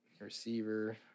Receiver